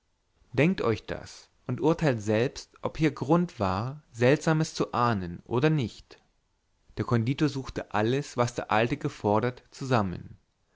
denkt euch das und urteilt selbst ob hier grund war seltsames zu ahnen oder nicht der konditor suchte alles was der alte gefordert zusammen